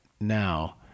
now